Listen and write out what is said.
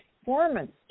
performance